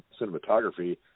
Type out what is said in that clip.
cinematography